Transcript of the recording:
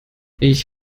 ich